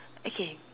okay